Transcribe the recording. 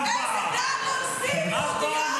אני יכול להעיד שאימאן לא סנגרה על אנסים אף פעם.